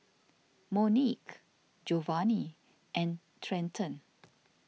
Monique Jovany and Trenton